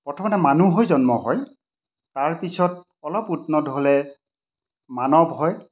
প্ৰথমতে মানুহ হৈ জন্ম হয় তাৰপিছত অলপ উন্নত হ'লে মানৱ হয়